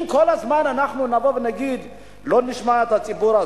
אם כל הזמן אנחנו נבוא ונגיד ולא נשמע את הציבור,